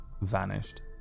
vanished